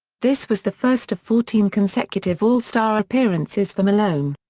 this was the first of fourteen consecutive all-star appearances for malone.